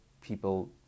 people